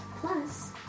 plus